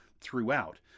throughout